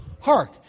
Hark